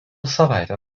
savaitę